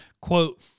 quote